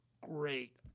Great